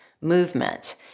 movement